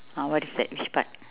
ah what is that which part